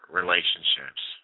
relationships